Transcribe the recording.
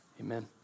amen